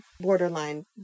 borderline